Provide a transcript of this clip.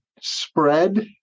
spread